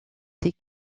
des